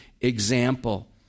example